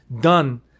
done